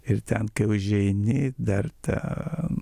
ir ten kai užeini dar ten